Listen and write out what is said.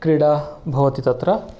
क्रीडा भवति तत्र